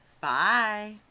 bye